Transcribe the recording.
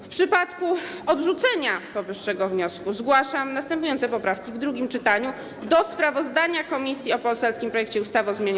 W przypadku odrzucenia powyższego wniosku zgłaszam następujące poprawki w drugim czytaniu do sprawozdania komisji o poselskim projekcie ustawy o zmianie